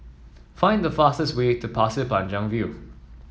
find the fastest way to Pasir Panjang View